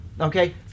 Okay